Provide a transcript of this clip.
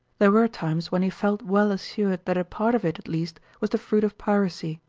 there were times when he felt well assured that a part of it at least was the fruit of piracy,